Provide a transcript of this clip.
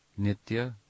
nitya